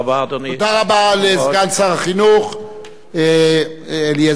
תודה רבה לסגן שר החינוך אליעזר מוזס.